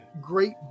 great